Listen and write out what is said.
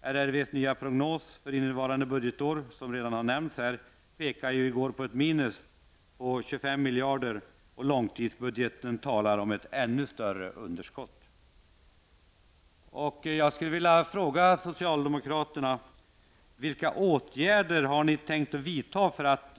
Riksräkenskapsverkets nya prognos för innevarande budgetår pekar, som redan har nämnts, på ett minus på minst 25 miljarder kronor. Långtidsbudgeten talar om ett ännu större underskott. Jag skulle vilja fråga socialdemokraterna: Vilka åtgärder har ni tänkt att vidta för att